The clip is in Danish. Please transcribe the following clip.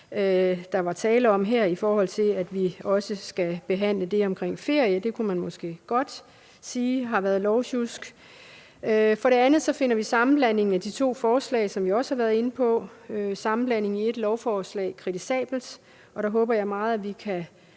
der er tale om her, når vi også skal behandle det om ferie. Det kunne man måske godt sige har været lovsjusk. For det andet finder vi sammenblandingen af de to forslag, som vi også har været inde på, i et lovforslag kritisabelt. Der håber jeg meget at vi kan